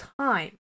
time